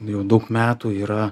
jau daug metų yra